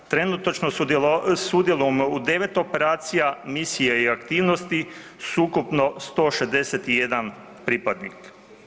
Trenutačno sudjelujemo u 9 operacija misije i aktivnosti s ukupno 161 pripadnik.